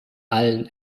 allen